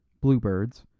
bluebirds